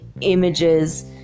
images